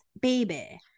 Baby